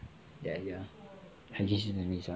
that their